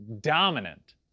dominant